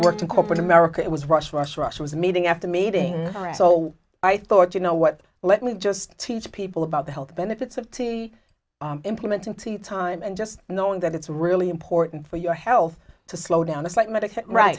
worked in corporate america it was rush rush rush was meeting after meeting so i thought you know what let me just teach people about the health benefits of tea implementing tea time and just knowing that it's really important for your health to slow down it's like